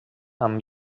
amb